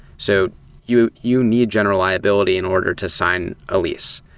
so you you need general liability in order to sign a lease.